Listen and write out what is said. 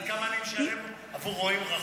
את יודעת כמה אני משלם עבור רואים רחוק?